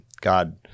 God